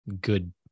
good